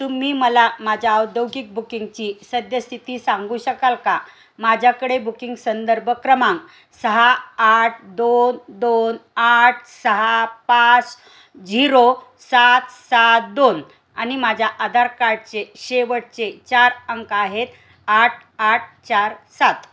तुम्ही मला माझ्या औद्योगिक बुकिंगची सद्यस्थिती सांगू शकाल का माझ्याकडे बुकिंग संदर्भ क्रमांक सहा आठ दोन दोन आठ सहा पाच झिरो सात सात दोन आणि माझ्या आधार कार्डचे शेवटचे चार अंक आहेत आठ आठ चार सात